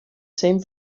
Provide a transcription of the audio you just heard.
same